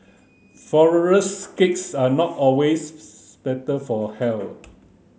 cakes are not always better for health